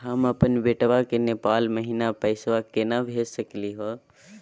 हम अपन बेटवा के नेपाल महिना पैसवा केना भेज सकली हे?